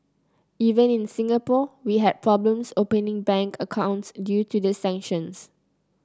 even in Singapore we had problems opening bank accounts due to the sanctions